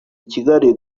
ikigali